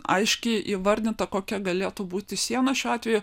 aiškiai įvardinta kokia galėtų būti siena šiuo atveju